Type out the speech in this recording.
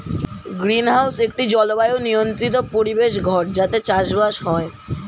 greenhouse একটি জলবায়ু নিয়ন্ত্রিত পরিবেশ ঘর যাতে চাষবাস হয়